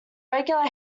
regular